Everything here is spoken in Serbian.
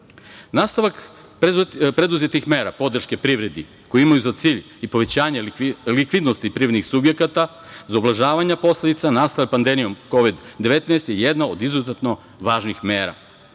nemaju. Nastavak preduzetih mera podrški privredi, koje imaju za cilj i povećanje likvidnosti privrednih subjekata za ublažavanje posledica nastalih pandemijom Kovid – 19 je jedna od izuzetno važnih mera.